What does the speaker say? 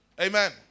Amen